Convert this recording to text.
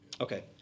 Okay